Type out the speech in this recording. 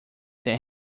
that